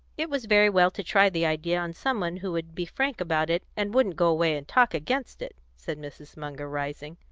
it was very well to try the idea on some one who would be frank about it, and wouldn't go away and talk against it, said mrs. munger, rising.